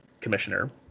commissioner